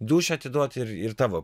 dūšią atiduot ir ir tavo